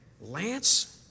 Lance